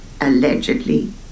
allegedly